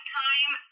time